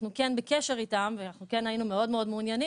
אנחנו כן בקשר איתם ואנחנו כן היינו מאוד מעוניינים